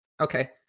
okay